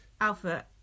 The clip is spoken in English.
Alpha